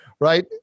Right